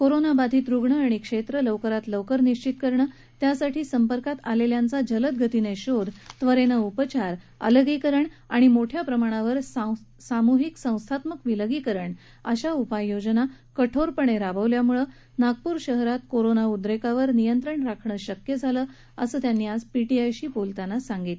कोरोनाबाधित रुग्ण आणि क्षेत्र लवकरात लवकर निश्चित करणं त्यासाठी संपर्कात आलेल्यांचा जलद गतीनं शोध त्वरेनं उपचार अलगीकरण आणि मोठ्या प्रमाणावर सामूहिक संस्थात्मक विलगीकरण अशा अनेक उपाययोजना कठोरपणे राबवल्याम्ळे नागपूर शहरात कोरोना उद्देकावर नियंत्रण राखणं शक्य झालं असं त्यांनी आज पीटीआयशी बोलताना सांगितलं